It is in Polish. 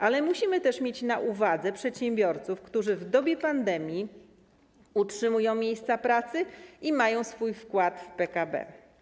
Ale musimy też mieć na uwadze przedsiębiorców, którzy w dobie pandemii utrzymują miejsca pracy i mają swój wkład w PKB.